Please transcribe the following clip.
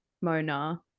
Mona